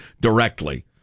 directly